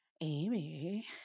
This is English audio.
Amy